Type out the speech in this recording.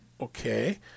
Okay